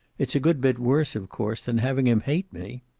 it's a good bit worse, of course, than having him hate me.